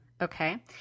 Okay